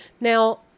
Now